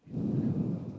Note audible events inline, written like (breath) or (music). (breath)